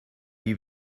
you